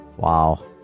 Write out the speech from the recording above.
Wow